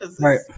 Right